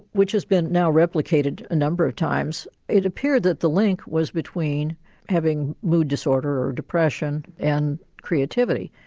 which has been now replicated a number of times, it appeared that the link was between having mood disorder, or depression, and creativity.